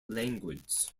language